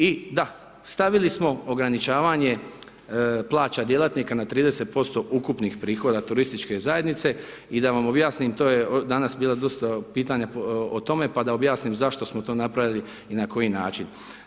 I da savili smo ograničavanje plaća djelatnika na 30% ukupnih prihoda turističke zajednice, i da vam objasnim, to je danas bilo dosta pitanja o tome, pa da objasnim zašto smo to napravili i na koji način.